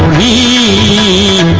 e